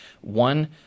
one